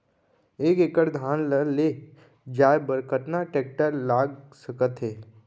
एक एकड़ धान ल ले जाये बर कतना टेकटर लाग सकत हे?